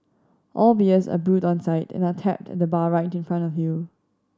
all beers are brewed on site and are tapped at the bar right in front of you